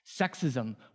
sexism